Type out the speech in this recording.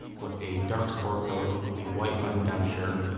with a dark sport coat, a white button-down shirt,